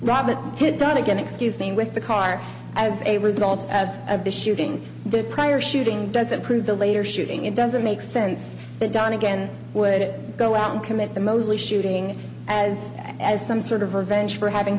hood on again excuse me with the car as a result of the shooting the prior shooting doesn't prove the later shooting it doesn't make sense that done again would it go out and commit the mosley shooting as as some sort of revenge for having